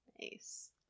Nice